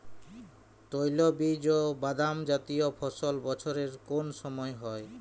তৈলবীজ ও বাদামজাতীয় ফসল বছরের কোন সময় হয়?